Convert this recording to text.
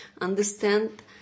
Understand